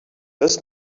does